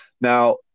Now